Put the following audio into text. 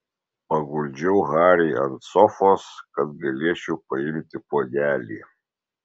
paguldžiau harį ant sofos kad galėčiau paimti puodelį